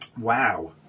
Wow